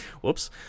Whoops